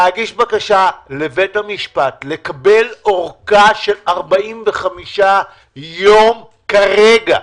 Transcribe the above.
להגיש בקשה לבית המשפט לקבל ארכה של 45 יום כרגע.